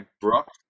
Brooke